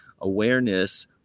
awareness